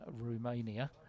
Romania